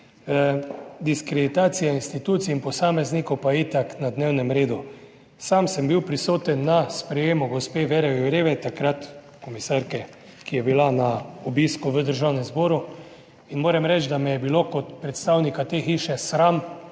diskreditacija institucij in posameznikov pa je itak na dnevnem redu. Sam sem bil prisoten na sprejemu gospe Vere Jourove, takrat komisarke, ki je bila na obisku v Državnem zboru in moram reči, da me je bilo kot predstavnika te hiše sram,